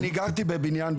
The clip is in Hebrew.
אני גרתי בבניין,